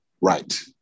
Right